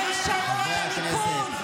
ממשלות הליכוד,